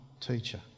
teacher